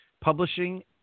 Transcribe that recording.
publishing